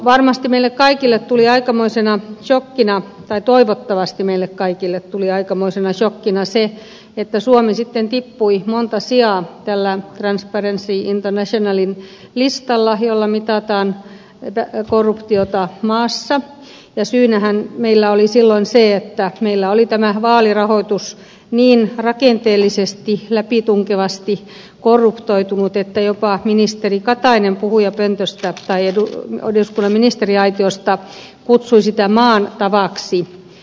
varmasti meille kaikille tuli aikamoisena sokkina tai toivottavasti meille kaikille tuli aikamoisena sokkina se että suomi sitten tippui monta sijaa tällä transparency internationalin listalla jolla mitataan korruptiota maassa ja syynähän meillä oli silloin se että meillä oli tämä vaalirahoitus niin rakenteellisesti läpitunkevasti korruptoitunut että jopa ministeri katainen puhujapöntöstä tai eduskunnan ministeriaitiosta kutsui sitä maan tavaksi